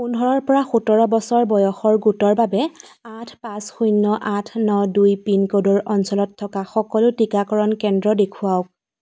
পোন্ধৰৰ পৰা সোতৰ বছৰ বয়সৰ গোটৰ বাবে আঠ পাঁচ শূন্য আঠ ন দুই পিনক'ডৰ অঞ্চলত থকা সকলো টীকাকৰণ কেন্দ্ৰ দেখুৱাওক